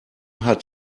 hat